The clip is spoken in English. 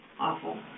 Awful